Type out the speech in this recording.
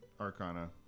Arcana